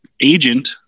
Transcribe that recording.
agent